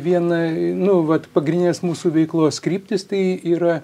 viena nu vat pagrindinės mūsų veiklos kryptys tai yra